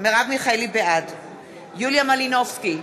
בעד יוליה מלינובסקי,